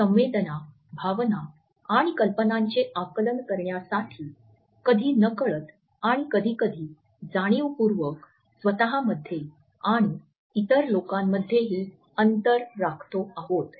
संवेदना भावना आणि कल्पनांचे आकलन करण्यासाठी कधी नकळत आणि कधीकधी जाणीवपूर्वक स्वत मध्ये आणि इतर लोकांमध्येही अंतर राखतो आहोत